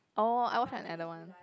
orh I watch at another one